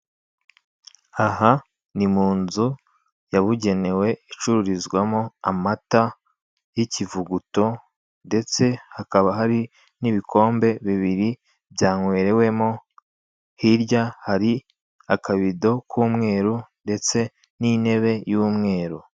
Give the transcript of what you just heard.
Aha ni munzu yabugenewe icururizwamo amata y'ikivuguto ndetse hakaba hari n'ibikombe bibiri byankwerewemo hirya hari akabido k'umweru ndetse n'intebe y'umweru.